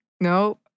no